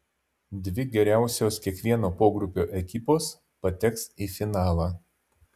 dvi geriausios kiekvieno pogrupio ekipos pateks į finalą